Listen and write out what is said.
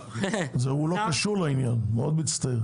הוא לא קשור לעניין, אני מאוד מצטער.